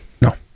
No